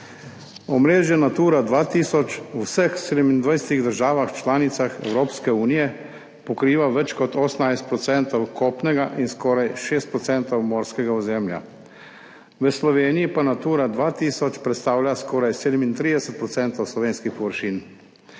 Omrežje Natura 2000 v vseh 27. državah članicah Evropske unije pokriva več kot 18 % kopnega in skoraj 6 % morskega ozemlja, v Sloveniji pa Natura 2000 predstavlja skoraj 37 % slovenskih površin.